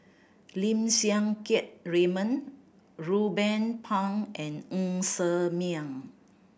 Lim Siang Keat Raymond Ruben Pang and Ng Ser Miang